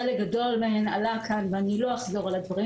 חלק גדול מהן עלה כאן ואני לא אחזור על הדברים,